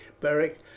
beric